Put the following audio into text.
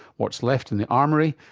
what's left in the armoury,